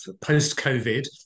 post-COVID